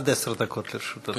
עד עשר דקות לרשות אדוני.